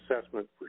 assessment